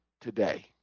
today